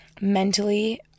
mentally